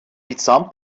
mitsamt